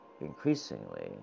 increasingly